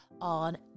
on